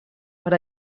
per